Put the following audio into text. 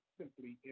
simply